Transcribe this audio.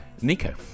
Nico